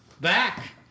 back